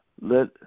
let